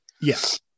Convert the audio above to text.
Yes